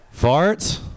Farts